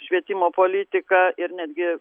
švietimo politika ir netgi